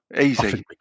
Easy